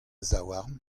zaouarn